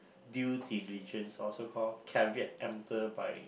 due diligence also called by